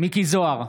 מיקי זוהר,